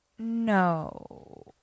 No